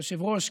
היושב-ראש,